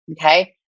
okay